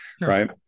right